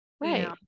Right